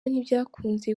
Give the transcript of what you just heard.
ntibyakunze